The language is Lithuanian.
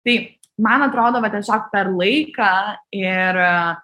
tai man atrodo va tiesiog per laiką ir